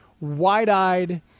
wide-eyed